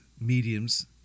mediums